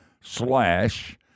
slash